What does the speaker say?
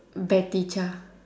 bateecha